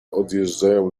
odjeżdżają